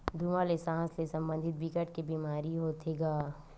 धुवा ले सास ले संबंधित बिकट के बेमारी होथे गा